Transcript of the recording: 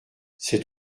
c’est